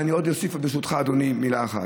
אני עוד אוסיף, ברשותך, אדוני, מילה אחת,